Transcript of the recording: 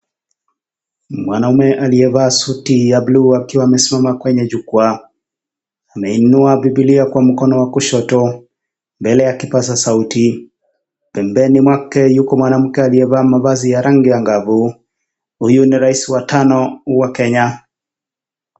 Mwanaume aliyevaa suti ya bluu akiwa amesimama kwenye jukwaa. Ameinua bibilia kwa mkono wa kushoto, mbele ya kipaza sauti. Pembeni mwake yuko mwanamke aliyevaa mavazi ya rangi angavu. Huyu ni rais wa tano wa Kenya.